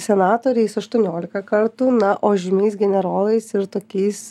senatoriais aštuoniolika kartų na o žymiais generolais ir tokiais